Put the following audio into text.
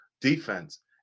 defense